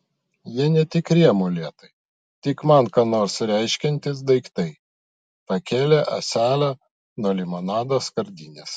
jie netikri amuletai tik man ką nors reiškiantys daiktai pakėlė ąselę nuo limonado skardinės